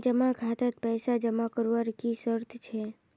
जमा खातात पैसा जमा करवार की शर्त छे?